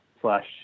slash